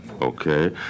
Okay